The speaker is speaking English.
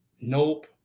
Nope